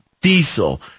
diesel